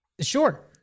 Sure